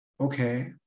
okay